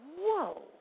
whoa